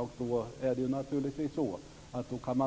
Då kan Miljöpartiet naturligtvis